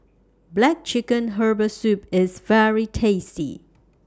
Black Chicken Herbal Soup IS very tasty